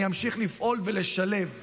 אני אמשיך לפעול ולשלב דרוזים,